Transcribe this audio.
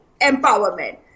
empowerment